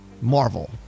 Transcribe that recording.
marvel